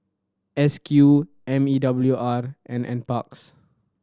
S Q M E W R and Nparks